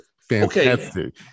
fantastic